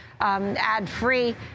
ad-free